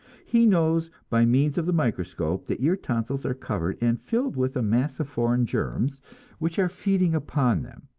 he knows by means of the microscope that your tonsils are covered and filled with a mass of foreign germs which are feeding upon them